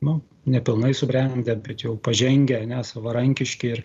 nu nepilnai subrendę bet jau pažengę ane savarankiški